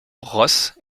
ross